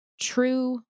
true